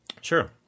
Sure